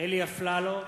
אלי אפללו,